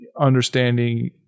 understanding